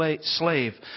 slave